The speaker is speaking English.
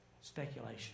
speculation